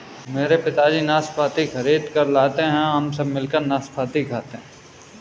मेरे पिताजी नाशपाती खरीद कर लाते हैं हम सब मिलकर नाशपाती खाते हैं